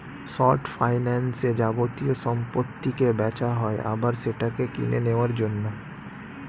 short ফাইন্যান্সে যাবতীয় সম্পত্তিকে বেচা হয় আবার সেটাকে কিনে নেওয়ার জন্য